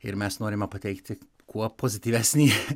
ir mes norime pateikti kuo pozityvesnį